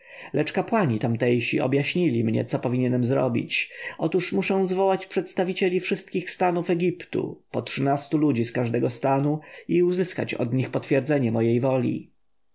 lecz kapłani tamtejsi objaśnili mnie co powinienem zrobić oto muszę zwołać przedstawicieli wszystkich stanów egiptu po trzynastu ludzi z każdego stanu i uzyskać od nich potwierdzenie mojej woli